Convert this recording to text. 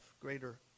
Greater